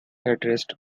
addressed